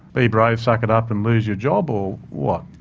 be brave, suck it up and lose your job, or what?